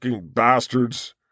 bastards